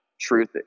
truth